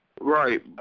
Right